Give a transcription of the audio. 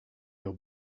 your